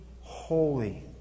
holy